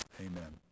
Amen